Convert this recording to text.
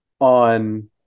on